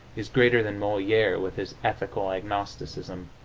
is greater than moliere, with his ethical agnosticism,